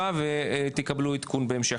ותקבלו עדכון בהמשך.